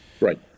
Right